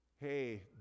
Hey